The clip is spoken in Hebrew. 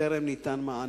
טרם ניתן מענה.